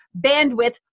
bandwidth